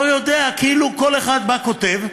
לא יודע, כאילו כל אחד בא, כותב,